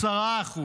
10%,